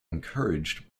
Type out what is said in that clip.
encouraged